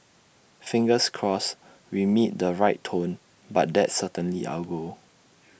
fingers crossed we meet the right tone but that's certainly our goal